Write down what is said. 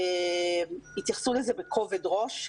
התייחסו לזה בכובד ראש.